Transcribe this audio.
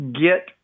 get